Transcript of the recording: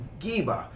Giba